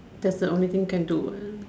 that's the only thing you can do [what]